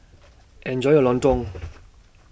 Enjoy your Lontong